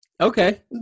Okay